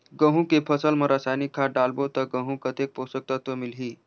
गंहू के फसल मा रसायनिक खाद डालबो ता गंहू कतेक पोषक तत्व मिलही?